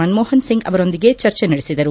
ಮನಮೋಹನ್ ಸಿಂಗ್ ಅವರೊಂದಿಗೆ ಚರ್ಚೆ ನಡೆಸಿದರು